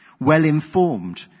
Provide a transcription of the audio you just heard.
well-informed